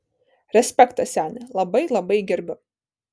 respektas seni labai labai gerbiu